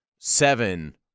seven